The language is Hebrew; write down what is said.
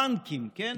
בנקים, כן,